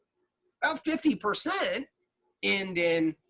about fifty percent end in